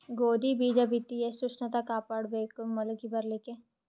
ಗೋಧಿ ಬೀಜ ಬಿತ್ತಿ ಎಷ್ಟ ಉಷ್ಣತ ಕಾಪಾಡ ಬೇಕು ಮೊಲಕಿ ಬರಲಿಕ್ಕೆ?